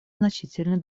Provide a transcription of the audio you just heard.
значительный